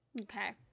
okay